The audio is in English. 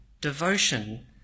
devotion